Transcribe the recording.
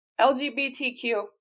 LGBTQ